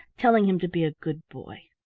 telling him to be a good boy.